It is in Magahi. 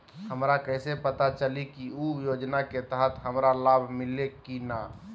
हमरा कैसे पता चली की उ योजना के तहत हमरा लाभ मिल्ले की न?